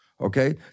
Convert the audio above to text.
Okay